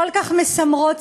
כל כך מסמרות שיער,